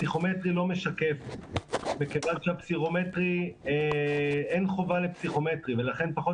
הפסיכומטרי לא משקף מכיוון שאין חובה לפסיכומטרי ולכן פחות